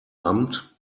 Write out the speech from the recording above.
amt